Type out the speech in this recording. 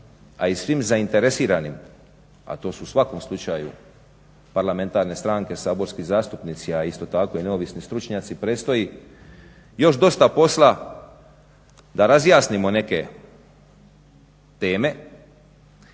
a i svim zainteresiranim, a to su u svakom slučaju parlamentarne stranke, saborski zastupnici, a isto tako i neovisni stručnjaci, predstoji još dosta posla da razjasnimo neke teme.